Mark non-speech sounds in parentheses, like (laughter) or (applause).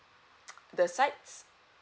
(noise) the sides